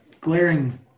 glaring